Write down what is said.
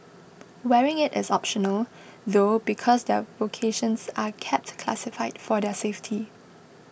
wearing it is optional though because their vocations are kept classified for their safety